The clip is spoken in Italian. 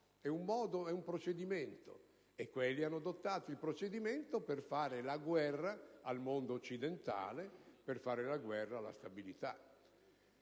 è un modo e un procedimento. E quelli hanno adottato il procedimento per fare la guerra al mondo occidentale e alla stabilità.